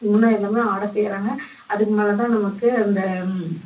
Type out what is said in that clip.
முன்னே எல்லாமே ஆட செய்கிறாங்க அதுக்கு மேல் தான் நமக்கு அந்த